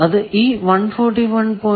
അത് ഈ 141